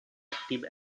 active